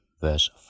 verse